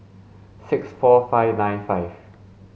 six four five nine five